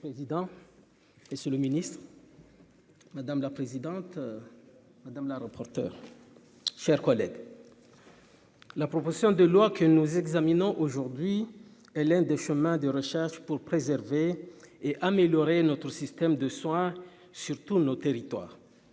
pour président et c'est le ministre. Madame la présidente, madame la rapporteure chers collègues. La proposition de loi que nous examinons aujourd'hui est l'un des chemins de recherche pour préserver et améliorer notre système de soins sur tous nos territoires,